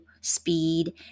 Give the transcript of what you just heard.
speed